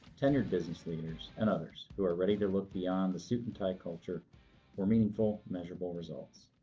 tenured business leaders, and others who are ready to look beyond the suit and tie culture for meaningful, measurable results.